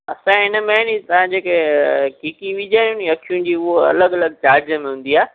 असां हिन में आहे नी तव्हां जेके कीकी विझाइणी अखियुनि जी उहा अलॻि अलॻि चार्ज में हूंदी आहे